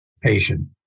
patient